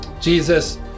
Jesus